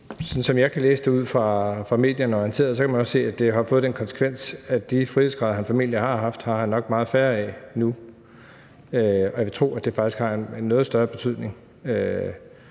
som jeg kan læse det ud fra medierne og er orienteret, at man også kan se, at det har fået den konsekvens, at de frihedsgrader, han formentlig har haft, har han nok meget færre af nu. Jeg vil tro, at det faktisk har en noget større betydning